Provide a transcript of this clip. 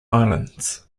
islands